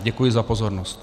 Děkuji za pozornost.